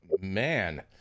Man